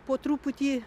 po truputį